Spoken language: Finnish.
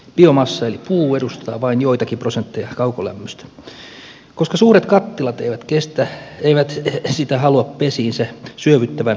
biomassa eli puu edustaa vain joitakin prosentteja kaukolämmöstä koska suuret kattilat eivät sitä halua pesiinsä syövyttävän klooripitoisuuden takia